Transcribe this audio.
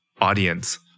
audience